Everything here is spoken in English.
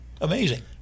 amazing